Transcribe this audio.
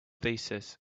thesis